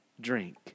drink